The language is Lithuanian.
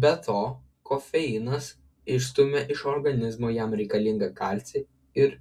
be to kofeinas išstumia iš organizmo jam reikalingą kalcį ir